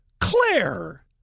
Claire